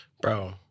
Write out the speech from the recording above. Bro